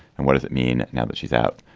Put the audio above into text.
and what does it mean now that she's out?